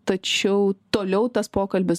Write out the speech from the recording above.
tačiau toliau tas pokalbis